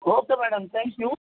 okay madam thank you